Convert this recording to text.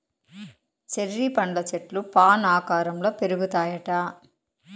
cherry పండ్ల చెట్లు fan ఆకారంల పెరుగుతాయిట